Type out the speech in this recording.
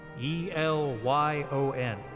E-L-Y-O-N